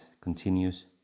continues